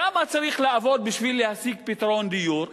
כמה צריך לעבוד בשביל להשיג פתרון דיור?